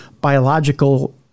biological